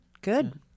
Good